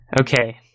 Okay